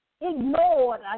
ignored